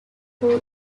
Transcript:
who